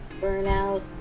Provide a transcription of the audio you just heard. burnout